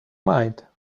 mind